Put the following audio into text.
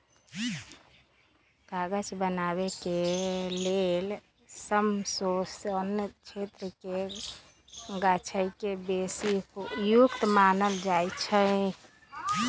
कागज बनाबे के लेल समशीतोष्ण क्षेत्रके गाछके बेशी उपयुक्त मानल जाइ छइ